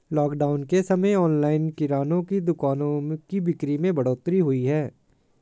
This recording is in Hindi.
लॉकडाउन के समय ऑनलाइन किराने की दुकानों की बिक्री में बढ़ोतरी हुई है